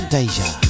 Deja